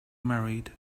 married